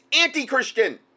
anti-christian